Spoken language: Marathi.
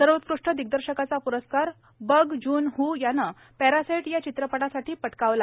सर्वोकृष्ट दिग्दर्शकाचा प्रस्कार बग जून ह यानं पॅरासाइट या चित्रपटासाठी पटकावला